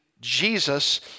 Jesus